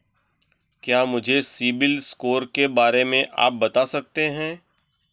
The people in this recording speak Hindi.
क्या मुझे सिबिल स्कोर के बारे में आप बता सकते हैं?